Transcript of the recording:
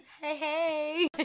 hey